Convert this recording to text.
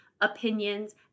opinions